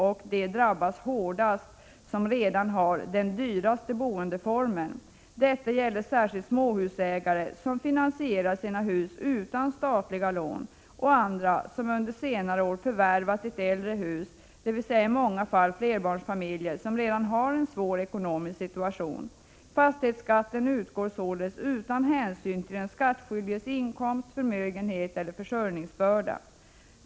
De som drabbas hårdast är de som redan har den dyraste boendeformen. Detta gäller särskilt småhusägare som finansierar sina hus utan statliga lån och andra som under senare år har förvärvat ett äldre hus, dvs. i många fall flerbarnsfamiljer som redan har en svår ekonomisk situation. Fastighetsskatten utgår således utan hänsyn till den skattskyldiges inkomst, förmögenhet eller försörjningsbörda.